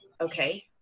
Okay